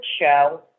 show